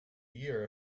year